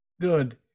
good